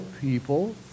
people